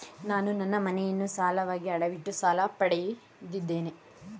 ನಾನು ನನ್ನ ಮನೆಯನ್ನು ಸಾಲವಾಗಿ ಅಡವಿಟ್ಟು ಸಾಲ ಪಡೆದಿದ್ದೇನೆ